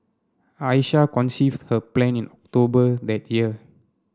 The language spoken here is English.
Aisha conceived her plan in October that year